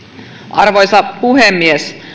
arvoisa puhemies